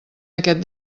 aquest